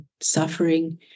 suffering